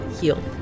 Heal